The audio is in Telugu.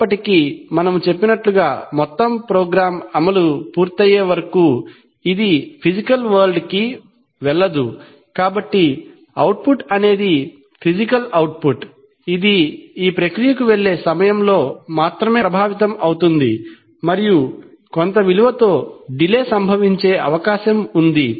అయినప్పటికీ మనము చెప్పినట్లుగా మొత్తం ప్రోగ్రామ్ అమలు పూర్తయ్యే వరకు ఇది ఫిసికల్ వరల్డ్ కి వెళ్ళదు కాబట్టి అవుట్పుట్ అనేది ఫిసికల్ ఔట్పుట్ ఇది ఈ ప్రక్రియకు వెళ్ళే సమయంలో మాత్రమే ప్రభావితమవుతుంది మరియు కొంత విలువతో డిలే సంభవించే అవకాశం ఉంది